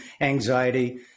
anxiety